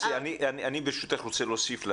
אני רוצה להוסיף משהו.